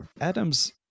Adams